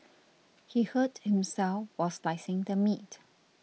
he hurt himself while slicing the meat